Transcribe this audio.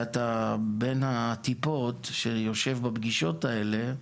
ובין הטיפות כשאתה שיושב בפגישות האלה,